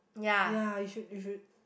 ya you should you should